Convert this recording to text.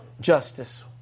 justice